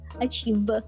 achieve